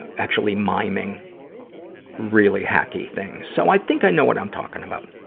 actually miming really hacky things. so, i think i know what i'm talking about.